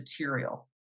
material